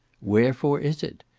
wherefore is it?